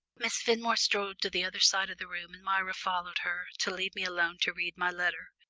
miss fenmore strolled to the other side of the room, and myra followed her, to leave me alone to read my letter.